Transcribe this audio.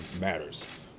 matters